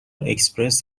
اکسپرس